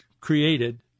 created